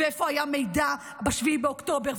ואיפה היה מידע ב-7 באוקטובר,